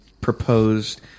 proposed –